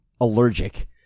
allergic